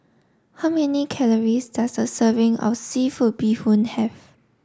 how many calories does a serving of Seafood Bee Hoon have